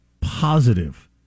positive